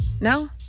No